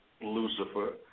Lucifer